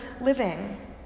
living